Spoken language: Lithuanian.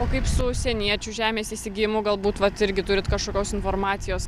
o kaip su užsieniečių žemės įsigijimu galbūt vat irgi turit kažkokios informacijos